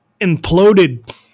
imploded